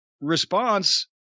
response